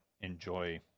enjoy